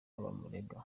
bumurega